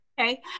okay